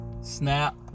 Snap